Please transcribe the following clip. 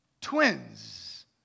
twins